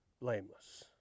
Blameless